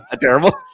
Terrible